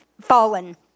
fallen